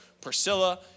Priscilla